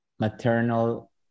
maternal